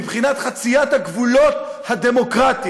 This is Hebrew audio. מבחינת חציית הגבולות הדמוקרטיים.